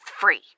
free